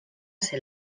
ser